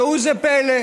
ראו זה פלא,